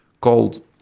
called